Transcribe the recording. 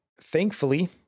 thankfully